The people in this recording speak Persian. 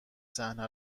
صحنه